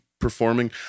performing